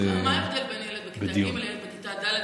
מה ההבדל בין ילד בכיתה ג' לילד בכיתה ד'